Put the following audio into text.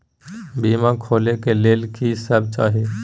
बीमा खोले के लेल की सब चाही?